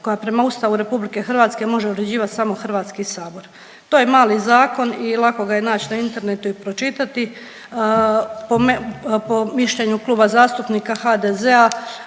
koja prema Ustavu RH može uređivati samo HS. To je mali zakon i lako ga je nać na internetu i pročitati. Po mišljenju Kluba zastupnika HDZ-a